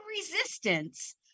resistance